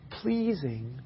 Pleasing